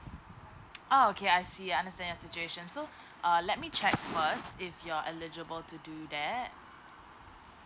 oh okay I see I understand your situation so err let me check first if you're eligible to do that